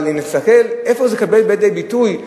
אבל אם נסתכל איפה זה בא לידי ביטוי,